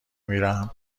میرم